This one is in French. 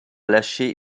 lâché